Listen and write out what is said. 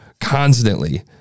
constantly